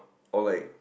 or like